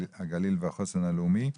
הגליל והחוסן הלאומי,